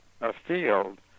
afield